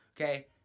Okay